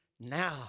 now